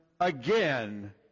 again